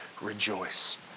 rejoice